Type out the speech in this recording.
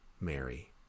Mary